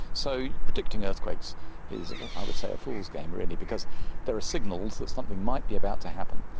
so predicting earthquakes is i would say a fool's game really because there are signals that something might be about to happen.